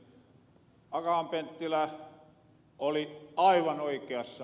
akaan penttilä oli aivan oikeassa